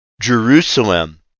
Jerusalem